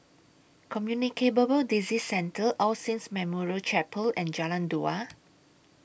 Disease Centre All Saints Memorial Chapel and Jalan Dua